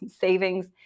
savings